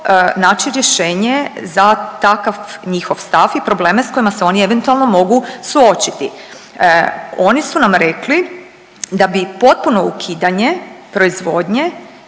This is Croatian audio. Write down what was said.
naći rješenje za takav njihov stav i probleme s kojima se oni eventualno mogu suočiti. Oni su nam rekli da bi potpuno ukidanje proizvodnje